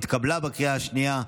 התקבלה בקריאה השנייה.